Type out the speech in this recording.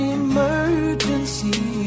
emergency